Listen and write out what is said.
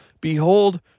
Behold